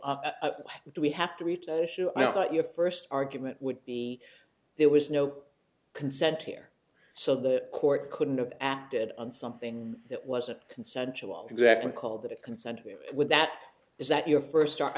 why do we have to reach an issue i thought your first argument would be there was no consent here so the court couldn't have acted on something that wasn't consensual exactly call that a consent would that is that your first start i